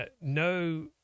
no